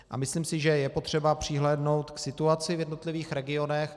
A myslím si, že je potřeba přihlédnout k situaci v jednotlivých regionech.